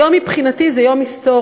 היום מבחינתי זה יום היסטורי,